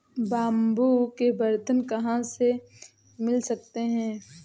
Bamboo के बर्तन कहाँ से मिल सकते हैं?